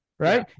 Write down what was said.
right